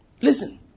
listen